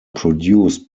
produced